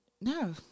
no